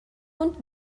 und